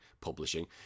Publishing